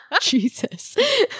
Jesus